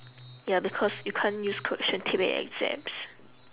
ya because you can't use correction tape in exams